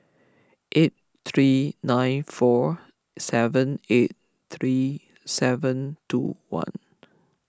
eight three nine four seven eight three seven two one